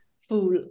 full